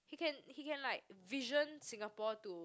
he can he can like vision Singapore to